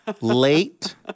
Late